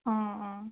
অঁ অঁ